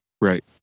Right